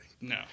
No